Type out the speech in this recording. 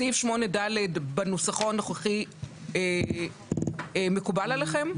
סעיף 8ד בנוסחו הנוכחי מקובל עליכם?